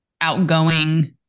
outgoing